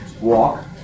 walk